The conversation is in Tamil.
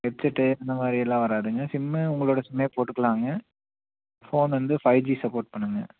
ஹெட்செட்டு அந்தமாதிரியெல்லாம் வராதுங்க சிம்மு உங்களோட சிம்மே போட்டுக்கலாங்க ஃபோனு வந்து ஃபை ஜி சப்போர்ட் பண்ணும்ங்க